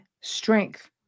strength